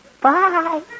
Bye